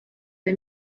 või